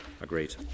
Agreed